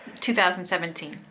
2017